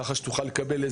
כך שתוכל לקבל,